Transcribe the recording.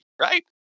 Right